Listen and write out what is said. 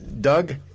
Doug